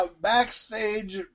backstage